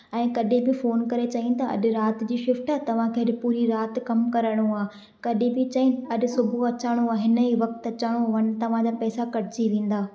ऐं कॾहिं बि फ़ोन करे चईनि था अॼु राति जी शिफ्ट आहे तव्हां खे अॼु पूरी राति कमु करिणो आहे कॾहिं बि चईं अॼु सुबुह अचिणो आहे हिन ई वक़्तु अचिणो वञ तव्हां जा पैसा कटिजी वेंदा